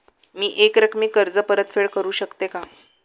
मी एकरकमी कर्ज परतफेड करू शकते का?